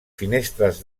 finestres